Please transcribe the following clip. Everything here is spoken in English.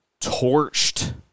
torched